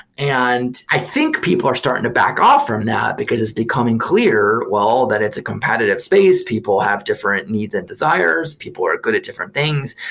and i think people are starting to back off from that, because it's becoming clear, well, that it's a competitive space. people have different needs and desires. people are good at different things.